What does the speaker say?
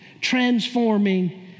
transforming